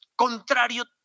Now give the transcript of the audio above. contrario